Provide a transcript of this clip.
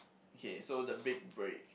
okay so the big break